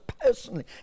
personally